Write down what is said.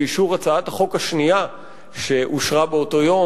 לאישור הצעת החוק השנייה שאושרה באותו היום,